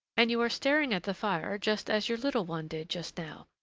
and you are staring at the fire just as your little one did just now.